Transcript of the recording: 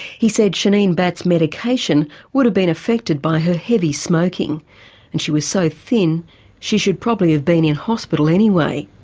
he said shaneen batts' medication would have been affected by her heavy smoking and she was so thin she should probably have been in hospital anyway.